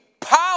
power